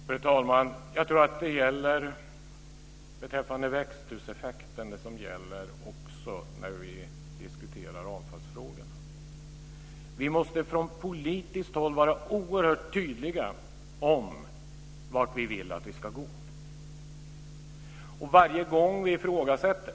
Fru talman! Jag tror att detsamma gäller beträffande växthuseffekten som när vi diskuterar avfallsfrågorna: Vi måste från politiskt håll vara oerhört tydliga om vart vi vill att vi ska gå.